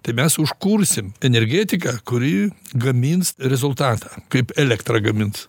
tai mes užkursim energetiką kuri gamins rezultatą kaip elektrą gamins